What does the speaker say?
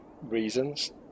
reasons